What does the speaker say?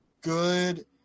good